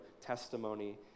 testimony